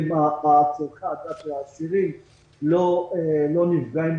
צורכי הדת של האסירים לא נפגעים,